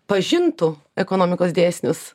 pažintų ekonomikos dėsnius